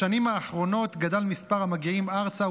בשנים האחרונות גדל מספר המגיעים ארצה,